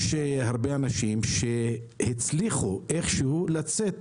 יש הרבה אנשים שהצליחו איך שהוא לצאת